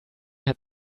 had